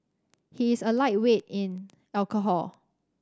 he is a lightweight in alcohol